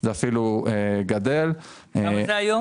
זה היום?